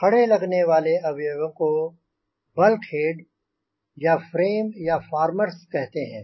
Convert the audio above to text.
खड़े लगने वाले अवयवों को बल्क्हेड या फ़्रेम या फॉर्मर्स कहते हैं